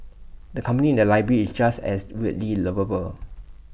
the company in the library is just as weirdly lovable